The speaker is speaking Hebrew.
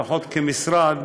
לפחות כמשרד,